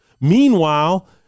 Meanwhile